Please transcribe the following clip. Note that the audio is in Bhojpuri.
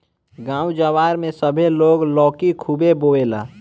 गांव जवार में सभे लोग लौकी खुबे बोएला